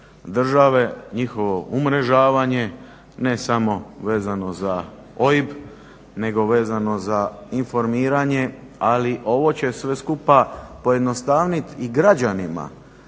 države, njihovo umrežavanje ne samo vezano za OIB nego vezano za informiranje. Ali ovo će sve skupa pojednostavniti i građanima